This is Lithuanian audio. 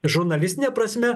žurnalistine prasme